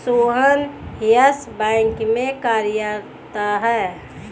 सोहन येस बैंक में कार्यरत है